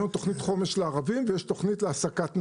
יש תוכנית חומש לערבים, ויש תוכנית להעסקת נשים.